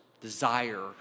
desire